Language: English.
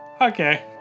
okay